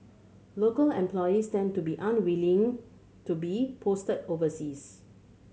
local employees tend to be unwilling to be posted overseas